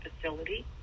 facility